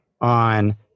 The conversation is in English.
on